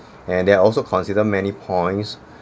and they are also consider many points